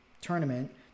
tournament